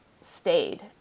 stayed